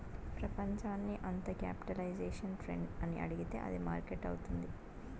ప్రపంచాన్ని అంత capitalisation friend అని అడిగితే అది మార్కెట్ అవుతుంది